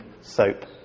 soap